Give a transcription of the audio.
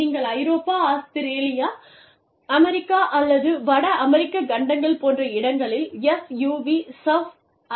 நீங்கள் ஐரோப்பா Australia America அல்லது வட அமெரிக்கக் கண்டங்கள் போன்ற இடங்களில் எஸ்யூவி சப்அர்பன் வாகனங்களை உருவாக்கலாம்